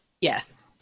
Yes